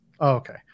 Okay